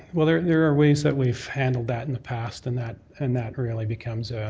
well, there there are ways that we've handled that in the past, and that and that really becomes